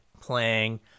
playing